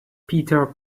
peter